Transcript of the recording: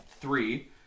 three